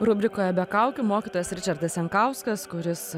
rubrikoje be kaukių mokytojas ričardas jankauskas kuris